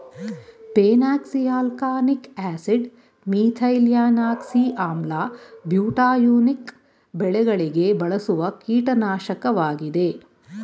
phenoxyalkanoic acid, methylphenoxy ಆಮ್ಲ, butanoic ಬೆಳೆಗಳಿಗೆ ಬಳಸುವ ಕೀಟನಾಶಕವಾಗಿದೆ